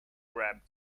grabbed